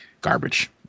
garbage